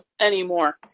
anymore